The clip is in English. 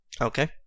Okay